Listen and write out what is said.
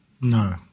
No